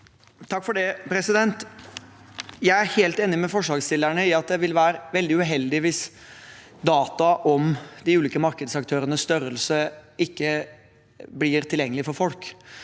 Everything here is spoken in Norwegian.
Vestre Jeg er helt enig med forslagsstillerne i at det vil være veldig uheldig hvis data om de ulike markedsaktørenes størrelse ikke blir tilgjengelig for folk.